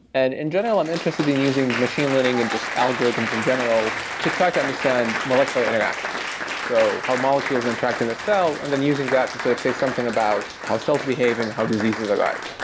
and in general in um interested in using machine learning and just algorithms in general to try to understand molecular interactions. so how molecules interact in a cell, and then using that to sort of say something about how cells behave and how diseases arise.